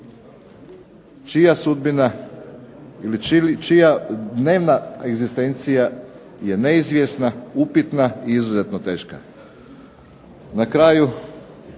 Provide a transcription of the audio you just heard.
čija sudbina ili čija dnevna egzistencija je neizvjesna, upitna i izuzetno teška. Na kraju,